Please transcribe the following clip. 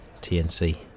TNC